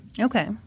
Okay